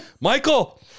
Michael